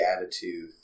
attitude